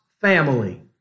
family